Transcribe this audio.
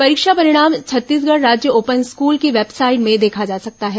परीक्षा परिणाम छत्तीसगढ़ राज्य ओपन स्कूल की वेबसाइट में देखा जा सकता है